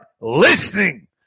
listening